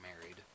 married